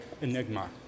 enigma